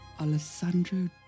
Alessandro